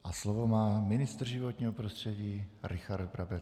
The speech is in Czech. A slovo má ministr životního prostředí Richard Brabec.